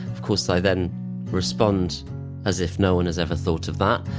of course i then respond as if no one has ever thought of that.